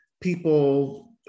people